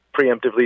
preemptively